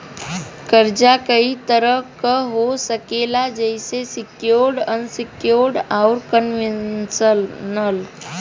कर्जा कई तरह क हो सकेला जइसे सेक्योर्ड, अनसेक्योर्ड, आउर कन्वेशनल